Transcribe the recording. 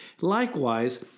Likewise